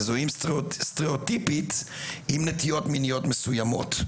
מזוהים סטריאוטיפית עם נטיות מיניות מסוימות,